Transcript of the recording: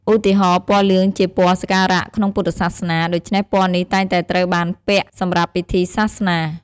ឧទាហរណ៍ ពណ៌លឿងជាពណ៌សក្ការៈក្នុងពុទ្ធសាសនា ដូច្នេះពណ៌នេះតែងតែត្រូវបានពាក់សម្រាប់ពិធីសាសនា។